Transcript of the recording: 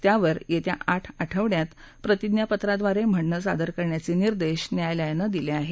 त्यावर येत्या आठ आठवडयात प्रतिज्ञापत्राव्वारे म्हणणं सादर करण्याचे निर्देश न्यायालयानं दिले आहेत